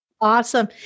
Awesome